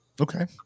Okay